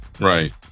right